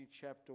chapter